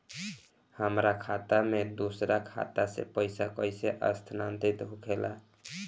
हमार खाता में दूसर खाता से पइसा कइसे स्थानांतरित होखे ला?